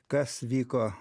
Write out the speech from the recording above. kas vyko